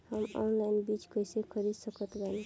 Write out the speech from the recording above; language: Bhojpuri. हम ऑनलाइन बीज कइसे खरीद सकत बानी?